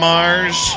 Mars